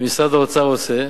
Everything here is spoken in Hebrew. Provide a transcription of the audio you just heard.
ומשרד האוצר עושה,